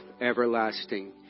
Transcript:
everlasting